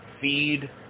Feed